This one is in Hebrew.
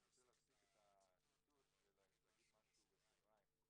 אני רוצה להפסיק את הציטוט ולהגיד משהו בסוגריים.